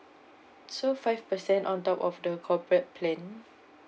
so five percent on top of the corporate plan